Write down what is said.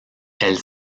elle